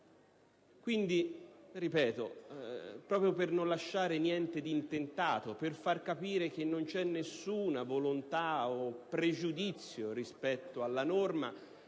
quindi un appello, proprio per non lasciare niente di intentato, per far capire che non c'è nessuna volontà o pregiudizio rispetto alla norma